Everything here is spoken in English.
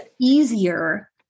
easier